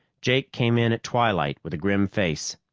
jake came in at twilight with a grim face.